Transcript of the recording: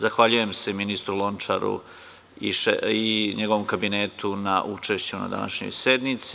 Zahvaljujem se ministru Lončaru i njegovom kabinetu na učešću na današnjoj sednici.